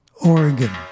Oregon